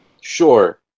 Sure